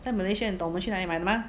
在 malaysia 你懂我们去哪里买 mah